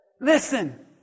Listen